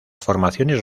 formaciones